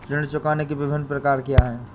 ऋण चुकाने के विभिन्न प्रकार क्या हैं?